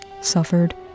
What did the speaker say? suffered